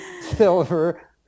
silver